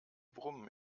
brummen